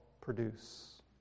produce